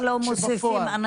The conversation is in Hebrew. שבפועל.